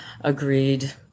Agreed